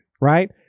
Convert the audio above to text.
right